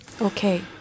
Okay